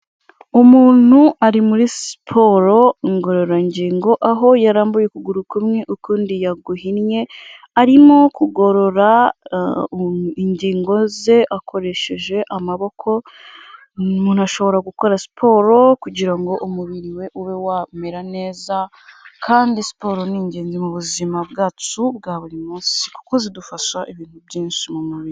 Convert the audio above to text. Umuntu ari muri siporo ngororangingo aho yarambuye ukuguru kumwe ukundi yaguhinnye arimo kugorora ingingo ze akoresheje amaboko. Umuntu ashobora gukora siporo kugira ngo umubiri we ube wamera neza kandi siporo ni ingenzi mu buzima bwacu bwa buri munsi kuko zidufasha ibintu byinshi mu mubiri.